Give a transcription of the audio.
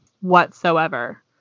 whatsoever